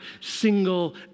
single